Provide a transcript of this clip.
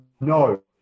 no